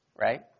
right